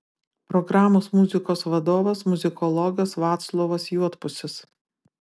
programos muzikos vadovas muzikologas vaclovas juodpusis